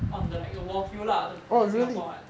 on the like your war field lah to protect singapore [what]